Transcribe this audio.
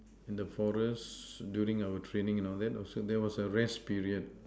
in the forest during our training and all that there was a rest period